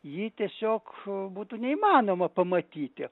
jį tiesiog būtų neįmanoma pamatyti